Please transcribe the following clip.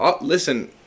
listen